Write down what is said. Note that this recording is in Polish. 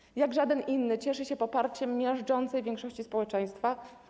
Projekt jak żaden inny cieszy się poparciem miażdżącej większości społeczeństwa.